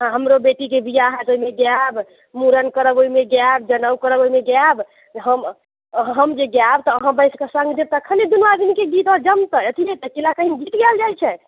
हँ हमरो बेटीके बिआह होयत ओहिमे गायब मुड़न करब ओहिमे गायब जनउ करब ओहिमे गायब जे हम हम जे गायब तऽ अहाँ बैसके सङ्ग देब तखन ने दूनू आदमीके गीत आर जमतै अकेला कहीँ गीत गायल जाइत छै